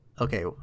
Okay